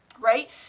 right